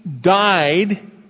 died